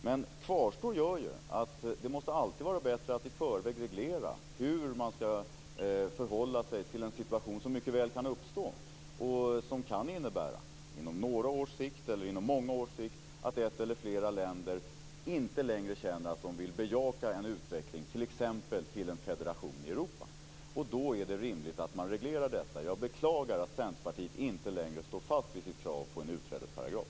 Men kvarstår gör ju att det alltid måste vara bättre att i förväg reglera hur man ska förhålla sig till en situation som mycket väl kan uppstå och som kan innebära, på några eller många års sikt, att ett eller flera länder inte längre känner att de vill bejaka en utveckling t.ex. till en federation i Europa. Då är det rimligt att man reglerar detta. Jag beklagar att Centerpartiet inte längre står fast vid sitt krav på en utträdesparagraf.